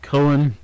Cohen